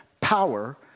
power